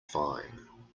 fine